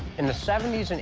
in the seventy s and